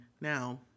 now